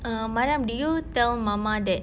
err mariam did you tell mama that